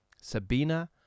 Sabina